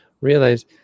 realize